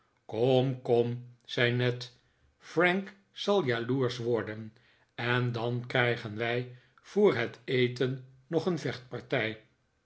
kom kom zei ned frank zal jaloersch worden en dan krijgen wij voor het eten nog een vechtpartij